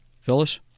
Phyllis